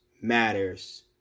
matters